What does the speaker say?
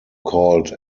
called